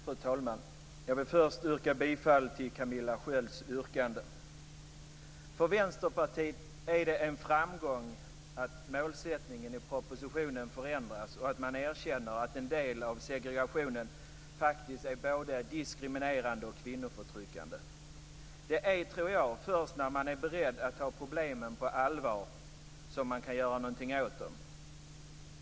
Fru talman! Jag vill först yrka bifall till Camilla För Vänsterpartiet är det en framgång att målsättningen i propositionen förändras och att man erkänner att en del av segregationen faktiskt är både diskriminerande och kvinnoförtryckande. Det är, tror jag, först när man är beredd att ta problemen på allvar som man kan göra någonting åt dem.